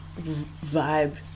vibe